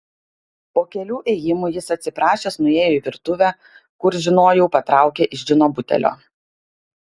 po kelių ėjimų jis atsiprašęs nuėjo į virtuvę kur žinojau patraukė iš džino butelio